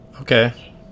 Okay